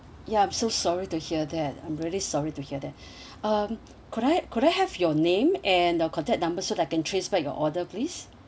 ya I'm so sorry to hear that I'm really sorry to hear that um could I could I have your name and the contact number so that I can trace back your order please